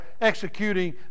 executing